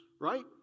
right